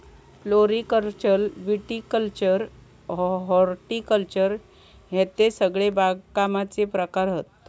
floriculture viticulture horticulture हयते सगळे बागकामाचे प्रकार हत